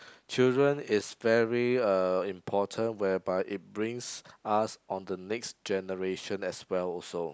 children is very uh important whereby it brings us on the next generation as well also